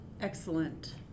excellent